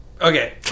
Okay